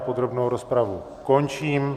Podrobnou rozpravu končím.